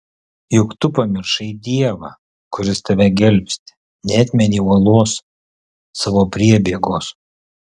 juk tu pamiršai dievą kuris tave gelbsti neatmeni uolos savo priebėgos